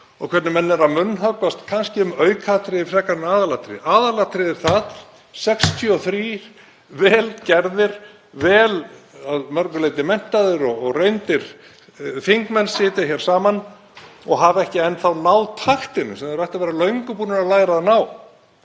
og hvernig menn eru kannski að munnhöggvast um aukaatriði frekar en aðalatriði. Aðalatriðið er að 63 vel gerðir og að mörgu leyti menntaðir og reyndir þingmenn sitja saman og hafa ekki enn þá náð taktinum sem þeir ættu að vera löngu búnir að læra að ná.